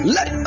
Let